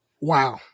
wow